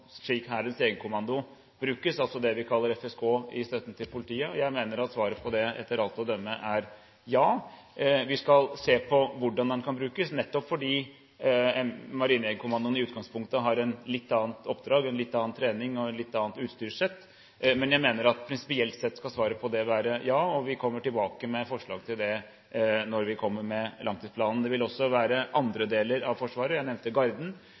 altså det vi kaller FSK, når det gjelder støtte til politiet? Jeg mener at svaret på det etter alt å dømme er ja. Vi skal se på hvordan den kan brukes, nettopp fordi Marinejegerkommandoen i utgangspunktet har et litt annet oppdrag, en litt annen trening og et litt annet utstyrssett. Men jeg mener prinsipielt sett at svaret på det skal være ja, og vi kommer tilbake med forslag om det når vi kommer med langtidsplanen. Det er også andre deler av Forsvarets enheter – jeg nevnte Garden